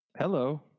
Hello